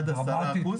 עד 10%,